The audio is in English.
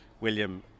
William